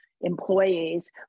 employees